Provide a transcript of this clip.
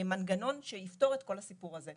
מנגנון שיפתור את כל הסיפור הזה,